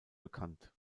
bekannt